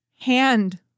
Hand